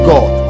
God